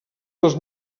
dels